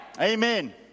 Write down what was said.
Amen